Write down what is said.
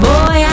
Boy